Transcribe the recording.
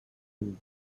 and